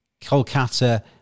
Kolkata